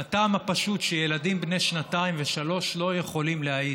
מהטעם הפשוט שילדים בני שנתיים ושלוש לא יכולים להעיד.